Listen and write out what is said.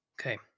Okay